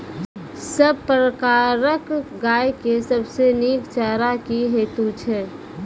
सब प्रकारक गाय के सबसे नीक चारा की हेतु छै?